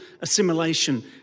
assimilation